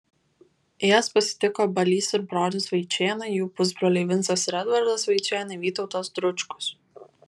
jas pasitiko balys ir bronius vaičėnai jų pusbroliai vincas ir edvardas vaičėnai vytautas dručkus